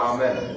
Amen